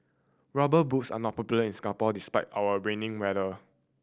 Rubber Boots are not popular in Singapore despite our raining weather